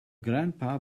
grandpa